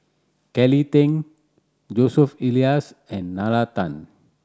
Kelly Tang Joseph Elias and Nalla Tan